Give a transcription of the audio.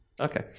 Okay